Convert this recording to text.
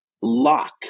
lock